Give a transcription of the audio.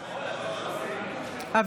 נגד